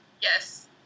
Yes